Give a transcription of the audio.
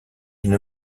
une